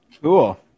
Cool